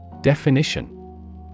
Definition